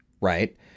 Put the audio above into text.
right